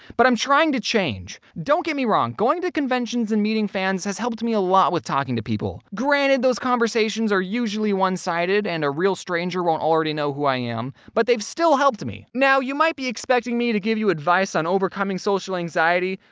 but i'm trying to change! don't get me wrong, going to conventions and meeting fans has helped me a lot with talking to people. granted, those conversations are usually one-sided, and a real stranger won't already know who i am, but they've still helped me. now, you might be expecting me to give you advice on overcoming social anxiety,